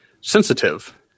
sensitive